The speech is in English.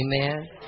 Amen